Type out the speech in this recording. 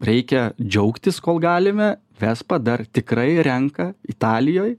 reikia džiaugtis kol galime vespa dar tikrai renka italijoj